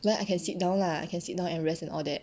then I can sit down lah can sit down and rest and all that